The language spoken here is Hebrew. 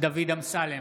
דוד אמסלם,